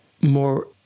more